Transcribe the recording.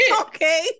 okay